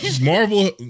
Marvel